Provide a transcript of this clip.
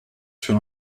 sur